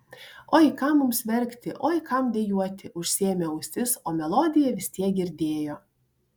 oi kam mums verkti oi kam dejuoti užsiėmė ausis o melodiją vis tiek girdėjo